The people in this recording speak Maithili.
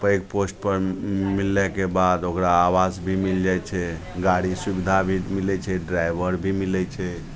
पैघ पोस्टपर मिलैके बाद ओकरा आवास भी मिलि जाए छै गाड़ी सुविधा भी मिलै छै ड्राइवर भी मिलै छै